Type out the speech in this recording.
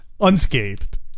unscathed